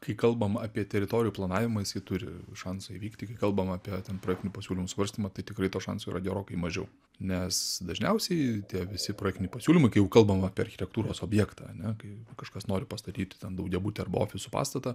kai kalbam apie teritorijų planavimą jisai turi šansą įvykti kai kalbam apie ten praktinių pasiūlymų svarstymą tai tikrai to šansų yra gerokai mažiau nes dažniausiai tie visi projektiniai pasiūlymai kai jau kalbam apie architektūros objektą ane kai kažkas nori pastatyti ten daugiabutį arba ofisų pastatą